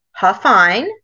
Huffine